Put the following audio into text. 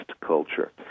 culture